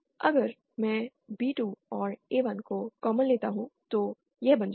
अगर मैं B2 और A1 को कॉमन लेता हूं तो यह बन जाता है